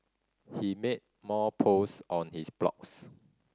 he made more post on his blogs